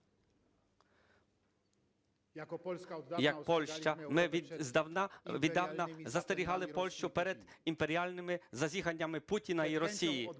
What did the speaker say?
ми віддавна застерігали Польщу перед імперіальними зазіханнями Путіна і Росії,